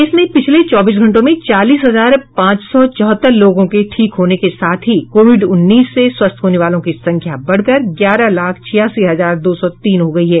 देश में पिछले चौबीस घंटों में चालीस हजार पांच सौ चौहत्तर लोगों के ठीक होने के साथ ही कोविड उन्नीस से स्वस्थ वालों की संख्या बढ़ कर ग्यारह लाख छियासी हजार दो सौ तीन हो गयी है